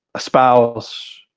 a spouse,